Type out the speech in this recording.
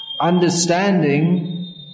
understanding